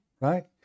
Right